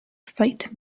fight